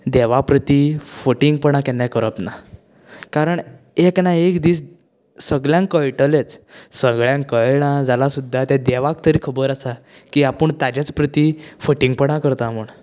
देवा प्रती फटिंगपणा केन्नाय करप ना कारण एक ना एक दीस सगल्यांक कळटलेंच सगळ्यांक कळना जाल्यार सुद्दां तें देवाक तरी खबर आसा की आपूण ताज्याच प्रती फटिंगपणां करता म्हूण